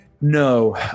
No